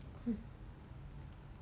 mm